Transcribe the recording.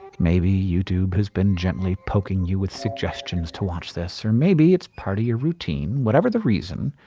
maybe youtube has been gently poking you with suggestions to watch this. or maybe it's part of your routine. whatever the reason,